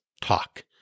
talk